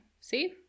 See